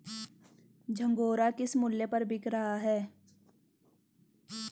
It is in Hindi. झंगोरा किस मूल्य पर बिक रहा है?